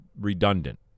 redundant